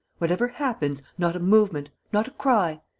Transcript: whatever happens, not a movement, not a cry.